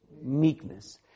Meekness